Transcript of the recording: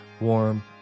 warm